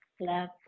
Love